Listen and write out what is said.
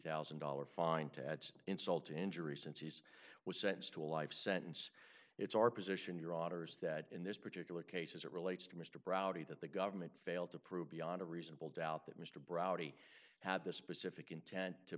dollars fine to add insult to injury since he's was sentenced to a life sentence it's our position your honour's that in this particular case as it relates to mr browder that the government failed to prove beyond a reasonable doubt that mr browder had the specific intent to